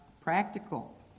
practical